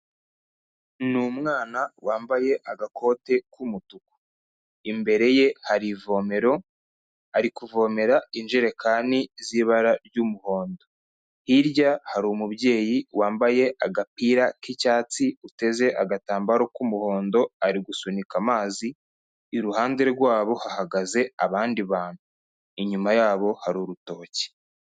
Ni umwana wambaye agakote k'umutuku. Imbere ye hari ivomero, ari kuvomera injerekani z'ibara ry'umuhondo. Hirya hari umubyeyi wambaye agapira k'icyatsi uteze agatambaro k'umuhondo, ari gusunika amazi, iruhande rwabo, hagaze abandi bantu. Inyuma yabo hari urutoki.